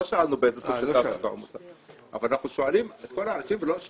לא שאלנו באיזה סוג של תעסוקה.